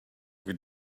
with